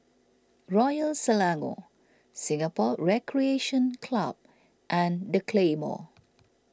Royal Selangor Singapore Recreation Club and the Claymore